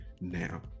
now